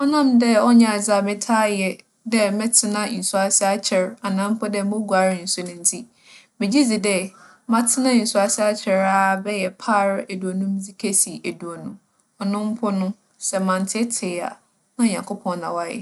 ͻnam dɛ ͻnnyɛ adze a metaa yɛ dɛ mɛtsena nsu ase akyɛr anaa mpo dɛ moguar nsu no ntsi, megye dzi dɛ, matsena nsu ase akyɛr ara bɛyɛ par eduonu dze kesi eduonum. ͻno mpo no, sɛ manntseetsee a na Nyankopͻn na ͻayɛ.